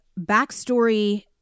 backstory